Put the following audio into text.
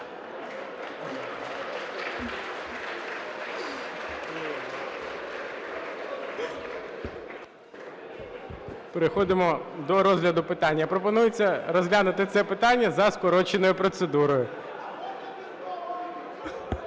Переходимо до розгляду питання. Пропонується розглянути це питання за скороченою процедурою.